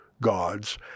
gods